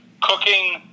cooking